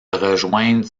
rejoindre